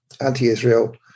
anti-Israel